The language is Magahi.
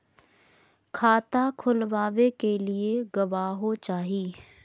खाता खोलाबे के लिए गवाहों चाही?